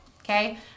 Okay